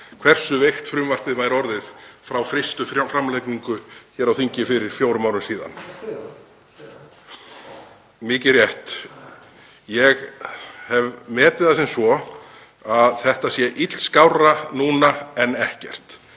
hversu veikt frumvarpið væri orðið frá fyrstu framlagningu hér á þingi fyrir fjórum árum. (Gripið fram í.) Mikið rétt. Ég hef metið það sem svo að þetta sé illskárra núna en ekkert.